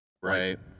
right